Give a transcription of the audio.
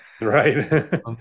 Right